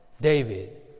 David